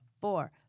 four